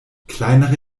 kleinere